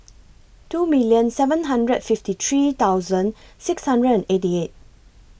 two million seven hundred fifty three thousand six hundred and eighty eight